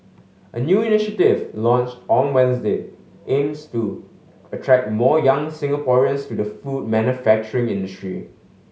a new initiative launched on Wednesday aims to attract more young Singaporeans to the food manufacturing industry